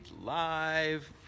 live